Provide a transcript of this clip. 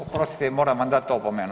Oprostite, moram vam dat opomenu.